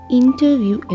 interview